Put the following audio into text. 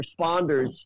responders